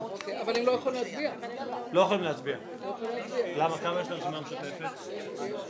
לא אושרה ותעלה למליאה לקריאה השנייה והשלישית.